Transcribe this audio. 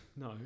No